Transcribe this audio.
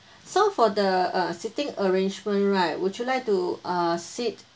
so for the uh sitting arrangement right would you like to uh sit